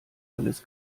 alles